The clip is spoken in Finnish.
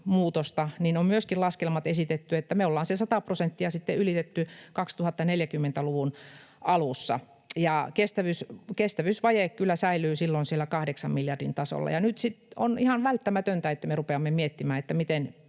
on myöskin laskelmat esitetty, että me ollaan se 100 prosenttia sitten ylitetty 2040-luvun alussa, ja kestävyysvaje kyllä säilyy silloin siellä 8 miljardin tasolla. Ja nyt sitten on ihan välttämätöntä, että me rupeamme miettimään, miten